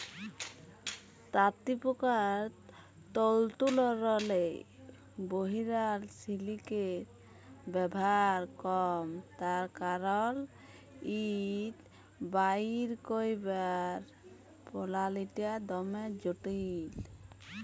তাঁতিপকার তল্তুরলে বহিরাল সিলিকের ব্যাভার কম তার কারল ইট বাইর ক্যইরবার পলালিটা দমে জটিল